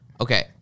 okay